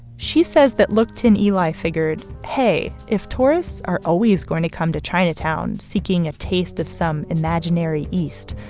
she says that look tin eli figured, hey, if tourists are always going to come to chinatown seeking a taste of some imaginary east,